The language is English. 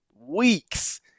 weeks